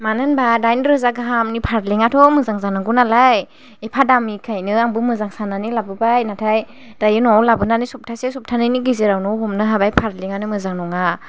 मानो होनबा दाइन रोजा गाहामनि फारलेंआथ' मोजां जानांगौ नालाय एफा दामनिखायनो आंबो मोजां साननानै लाबोबाय नाथाय दायो न'आव लाबोनानै सफथासे सफथानैनि गेजेराव हमनो हाबाय फारलेंआनो मोजां नङा